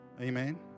Amen